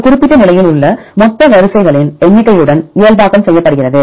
ஒரு குறிப்பிட்ட நிலையில் உள்ள மொத்த வரிசைகளின் எண்ணிக்கையுடன் இயல்பாக்கம் செய்யப்படுகிறது